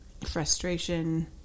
frustration